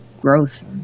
growth